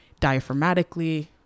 diaphragmatically